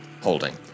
holding